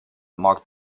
marked